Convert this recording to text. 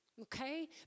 Okay